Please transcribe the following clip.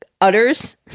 utters